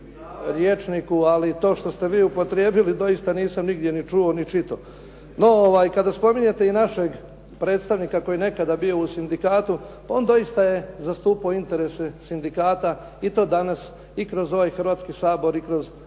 ali to što ste vi upotrijebili doista nisam nigdje ni čuo ni čitao. No, kada spominjete i našeg predstavnika koji je nekada bio u sindikatu pa on doista je zastupao interese sindikata i to danas i kroz ovaj Hrvatski sabor i kroz Vladu